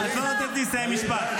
איפה החשבון נפש שלך?